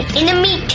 enemy